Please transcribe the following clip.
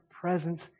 presence